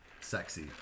sexy